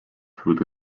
through